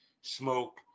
Smoke